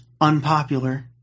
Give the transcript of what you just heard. unpopular